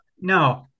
No